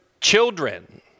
children